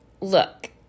look